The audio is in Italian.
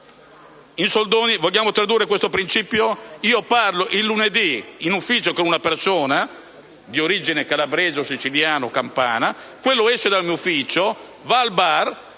In soldoni, vogliamo tradurre questo principio? Io parlo il lunedì in ufficio con una persona di origine calabrese, campana o siciliana: quello esce dall'ufficio, va al bar